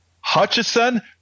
Hutchison